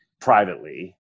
privately